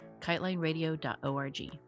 KiteLineRadio.org